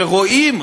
שרואים,